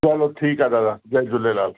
हलो ठीकु आहे दादा जय झूलेलाल